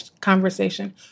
conversation